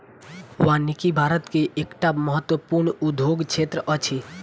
वानिकी भारत के एकटा महत्वपूर्ण उद्योग क्षेत्र अछि